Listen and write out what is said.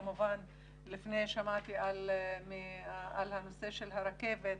כמובן ששמעתי על הנושא של הרכבת,